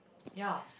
ya